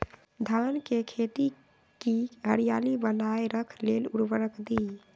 धान के खेती की हरियाली बनाय रख लेल उवर्रक दी?